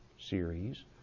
series